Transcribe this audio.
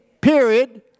period